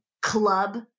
club